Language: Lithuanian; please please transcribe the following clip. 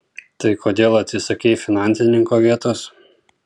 tai kodėl atsisakei finansininko vietos